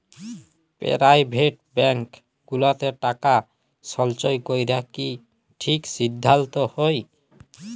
private bank গুলাতে টাকা সল্চয় ক্যরা কি ঠিক সিদ্ধাল্ত হ্যয়